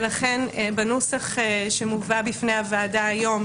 ולכן בנוסח שמובא בפני הוועדה היום